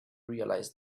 realize